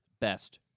best